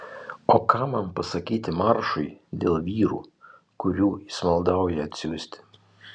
o ką man pasakyti maršui dėl vyrų kurių jis maldauja atsiųsti